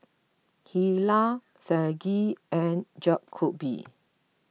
Hilah Saige and Jakobe